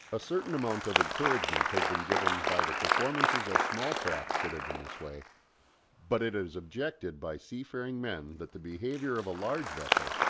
a certain amount of encouragement has been given by the performances of small craft fitted in this way but it is objected by sea-faring men that the behaviour of a large vessel,